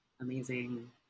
amazing